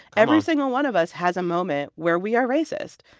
every single one of us has a moment where we are racist.